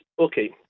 Okay